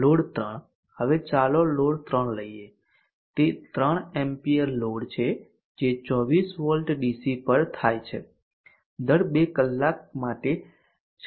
load 3 હવે ચાલો load 3 લઈએ તે 3 એમ્પીયર લોડ છે જે 24 વોલ્ટ ડીસી પર થાય છે દર 2 કલાક માટે તે ચાલુ થાય છે